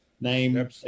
name